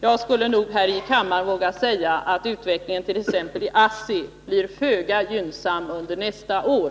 Jag skulle nog här i kammaren våga säga att utvecklingen i t.ex. till vissa statliga ASST blir föga gynnsam under nästa år.